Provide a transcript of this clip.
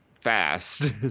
fast